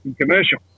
commercial